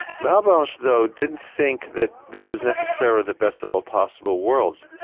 malebranche though, didn't think that this was necessarily the best of all possible worlds.